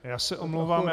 Já se omlouvám.